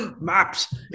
Maps